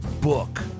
book